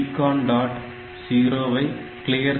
0 ஐ கிளியர் செய்யும்